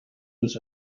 was